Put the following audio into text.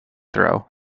throw